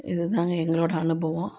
இதுதாங்க எங்களோட அனுபவம்